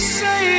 say